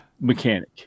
mechanic